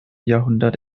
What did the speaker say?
jahrhundert